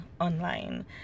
online